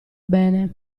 bene